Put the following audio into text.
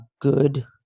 good